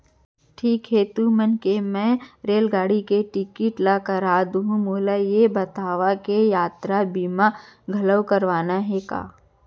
ठीक हे तुमन के मैं हर रेलगाड़ी के टिकिट ल करवा दुहूँ, मोला ये बतावा के यातरा बीमा घलौ करवाना हे का?